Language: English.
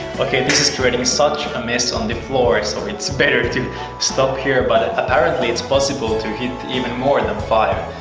okay this is creating such a mess on the floor so it's better to stop here. but apparently it's possible to hit even more than five,